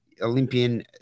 Olympian